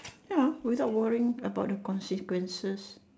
ya without worrying about the consequences